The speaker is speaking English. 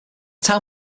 town